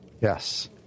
Yes